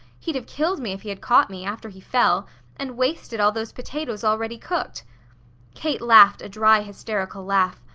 he'd have killed me if he had caught me, after he fell and wasted all those potatoes already cooked kate laughed a dry hysterical laugh,